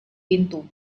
pintu